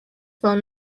phone